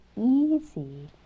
easy